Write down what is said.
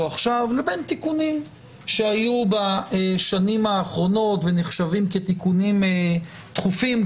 עכשיו לבין תיקונים שהיו בשנים האחרונות ונחשבים כתיקונים דחופים.